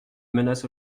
menace